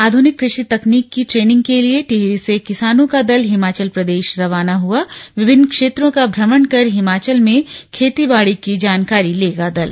आध्निक कृषि तकनीक की ट्रेनिंग के लिए टिहरी से किसानों का दल हिमाचल प्रदेश रवाना हआ विभिन्न क्षेत्रों का भ्रमण कर हिमाचल में खेती बाड़ी की जानकारी लेगा दल